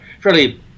fairly